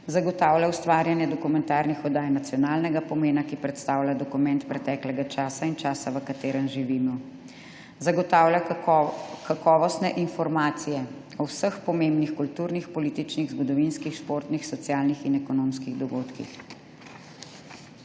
zagotavlja ustvarjanje dokumentarnih oddaj nacionalnega pomena, ki predstavlja dokument preteklega časa in časa, v katerem živimo /…/; zagotavlja kakovostne informacije o vseh pomembnih kulturnih, političnih, zgodovinskih, športnih, socialnih in ekonomskih dogodkih